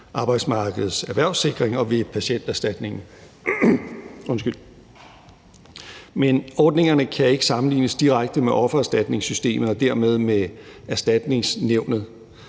Arbejdsmarkedets Erhvervssikring og Patienterstatningen. Men ordningerne kan ikke sammenlignes direkte med offererstatningssystemet og dermed med Erstatningsnævnet.